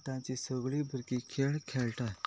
आतांची सगळीं भुरगीं खेळ खेळटात